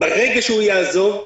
ברגע שהוא יעזוב,